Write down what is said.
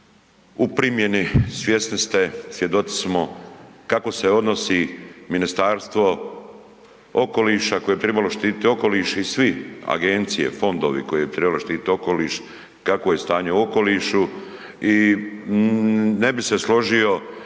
u primjeni, svjesni ste, svjedoci smo kako se odnosi Ministarstvo okoliša koje bi trebalo štititi okoliš i svi, agencije, fondovi koji bi trebali štititi okoliš, kakvo je stanje u okolišu i ne bi se složio